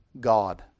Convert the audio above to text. God